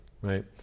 right